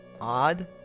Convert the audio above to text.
odd